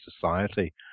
society